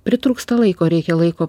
pritrūksta laiko reikia laiko